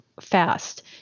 fast